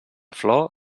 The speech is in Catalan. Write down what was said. flor